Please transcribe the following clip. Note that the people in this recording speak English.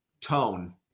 tone